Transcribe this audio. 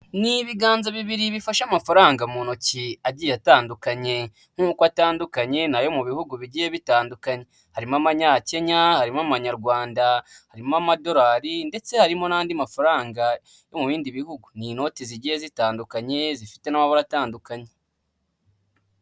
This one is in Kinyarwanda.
Ni ibiganza bibiri bifashe amafaranga mu ntoki agiye atandukanye. Nkuko atandukanye ni ayo mu bihugu bigiye bitandukanye. Harimo amanyakenya, harimo amanyarwanda, harimo amadolari, ndetse harimo n'andi mafaranga yo mu bindi bihugu. Ni inoti zigiye zitandukanye, zifite n'amabara atandukanye.